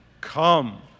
Come